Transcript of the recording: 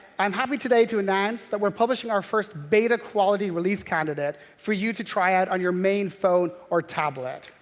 i'm happy today to announce that we're publishing our first beta-quality release candidate for you to try out on your main phone or tablet.